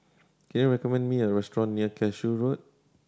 can you recommend me a restaurant near Cashew Road